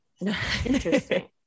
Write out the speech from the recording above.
Interesting